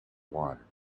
water